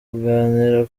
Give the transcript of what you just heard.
kuganira